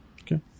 Okay